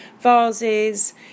vases